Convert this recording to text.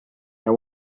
and